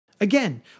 Again